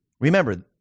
Remember